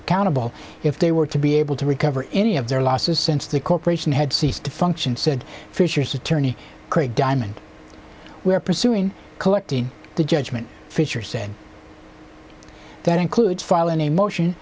accountable if they were to be able to recover any of their losses since the corporation had ceased to function said fisher's attorney craig diamond we are pursuing collecting the judgment fisher said that includes file in a motion